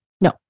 No